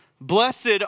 Blessed